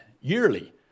yearly